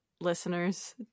listeners